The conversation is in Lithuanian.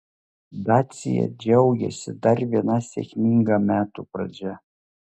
dacia džiaugiasi dar viena sėkminga metų pradžia